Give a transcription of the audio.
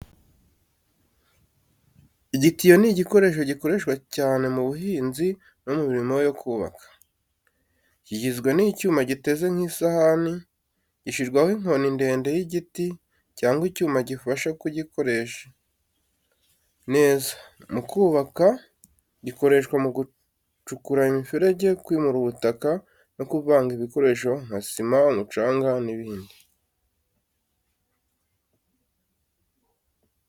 Igitiyo ni igikoresho gikoreshwa cyane mu buhinzi no mu mirimo yo kubaka. Kigizwe n’icyuma giteze nk’isahani, gishyirwaho inkoni ndende y’igiti cyangwa icyuma gifasha kugikoresha neza. Mu kubaka, gikoreshwa mu gucukura imiferege, kwimura ubutaka no kuvanga ibikoresho nka sima, umucanga n’ibindi.